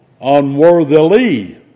Unworthily